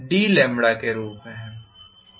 बस इतना ही